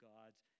God's